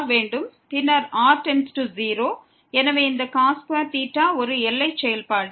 பின்னர் r→0 எனவே இந்த ஒரு எல்லைசெயல்பாடு